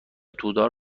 تودار